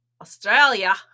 Australia